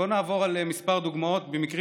בואו נעבור על כמה דוגמאות במקרים